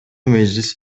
meclis